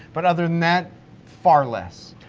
but other than that far less.